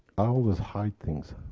i always hide things,